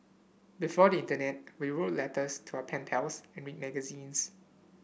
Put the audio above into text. before the internet we wrote letters to our pen pals and read magazines